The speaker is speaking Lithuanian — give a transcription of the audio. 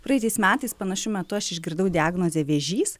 praėjusiais metais panašiu metu aš išgirdau diagnozę vėžys